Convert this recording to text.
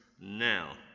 now